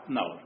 no